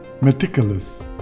meticulous